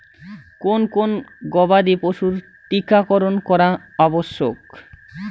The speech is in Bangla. কোন কোন গবাদি পশুর টীকা করন করা আবশ্যক?